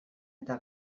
eta